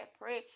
pray